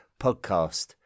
podcast